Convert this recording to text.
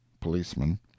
policeman